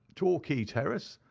torquay terrace.